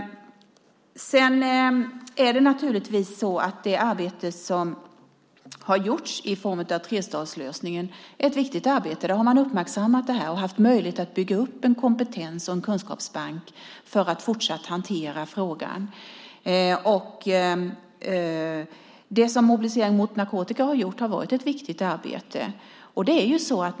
Det arbete som har gjorts i form av trestadslösningen är viktigt. Där har man uppmärksammat detta och haft möjlighet att bygga upp en kompetens och en kunskapsbank för att fortsatt hantera frågan. Mobilisering mot narkotika har gjort ett viktigt arbete.